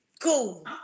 Cool